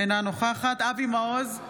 אינה נוכחת אבי מעוז,